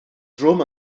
drwm